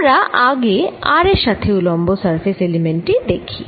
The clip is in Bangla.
আমরা আগে r এর সাথে উলম্ব সারফেস এলিমেন্ট টি দেখি